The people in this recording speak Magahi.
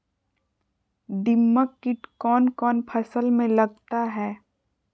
दीमक किट कौन कौन फसल में लगता है?